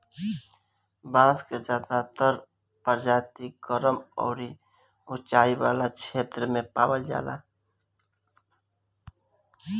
बांस के ज्यादातर प्रजाति गरम अउरी उचाई वाला क्षेत्र में पावल जाला